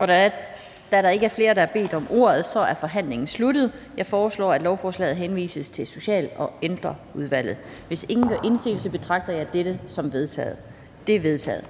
Da der ikke er flere, som har bedt om ordet, er forhandlingen sluttet. Jeg foreslår, at lovforslaget henvises til Social- og Ældreudvalget. Hvis ingen gør indsigelse, betragter jeg dette som vedtaget. Det er vedtaget.